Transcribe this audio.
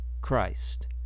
Christ